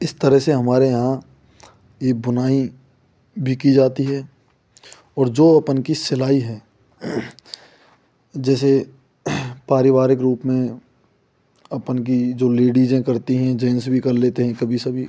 इस तरह से हमारे यहाँ यह बुनाई भी की जाती है और जो अपन की सिलाई है जैसे पारिवारिक रूप में अपन की जो लेडीजें करती हैं जेंस भी कर लेते हैं कभी सभी